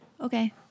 Okay